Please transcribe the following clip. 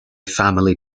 family